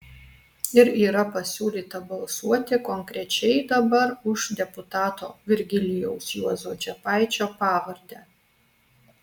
ir yra pasiūlyta balsuoti konkrečiai dabar už deputato virgilijaus juozo čepaičio pavardę